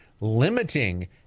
limiting